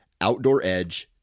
outdooredge